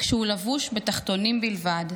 כשהוא לבוש בתחתונים בלבד,